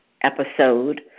episode